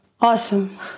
Awesome